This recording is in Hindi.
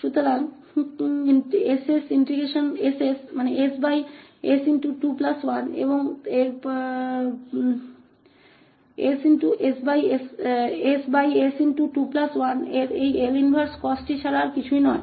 तोयह इनवर्स ss21 का कुछ और नहीं बल्कि cost है